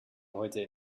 heute